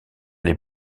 les